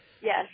Yes